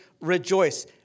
rejoice